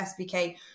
sbk